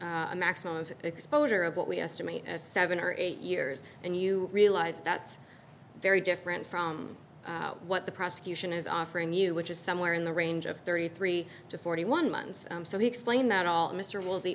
a maximum of exposure of what we estimate as seven or eight years and you realise that's very different from what the prosecution is offering you which is somewhere in the range of thirty three to forty one months so he explained that all of mr w